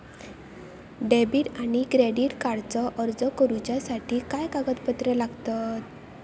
Debit आणि credit कार्डचो अर्ज करुच्यासाठी काय कागदपत्र लागतत?